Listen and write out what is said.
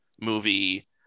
movie